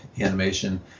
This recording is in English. animation